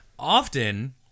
Often